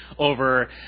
over